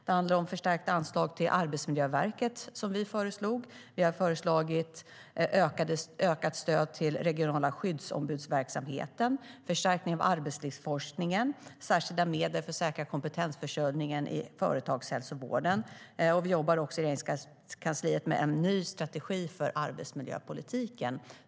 Vi har föreslagit förstärkta anslag till Arbetsmiljöverket, ökat stöd till den regionala skyddsombudsverksamheten, förstärkning av arbetslivsforskningen och särskilda medel för att säkra kompetensförsörjningen i företagshälsovården. I Regeringskansliet jobbar vi också med en ny strategi för arbetsmiljöpolitiken.